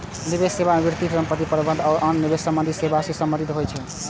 निवेश सेवा वित्तीय परिसंपत्ति प्रबंधन आ आन निवेश संबंधी सेवा सं संबंधित होइ छै